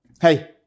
Hey